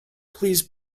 please